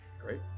Great